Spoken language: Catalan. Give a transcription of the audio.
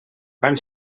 van